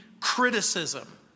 criticism